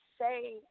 say